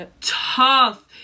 tough